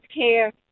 care